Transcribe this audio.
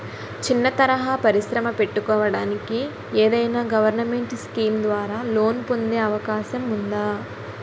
చిన్న తరహా పరిశ్రమ పెట్టుకోటానికి ఏదైనా గవర్నమెంట్ స్కీం ద్వారా లోన్ పొందే అవకాశం ఉందా?